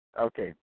Okay